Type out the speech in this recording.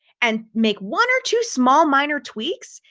and make one or two small minor tweaks,